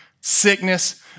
sickness